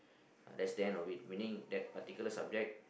that's the end of it meaning that particular subject